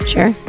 Sure